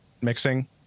mixing